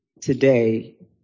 today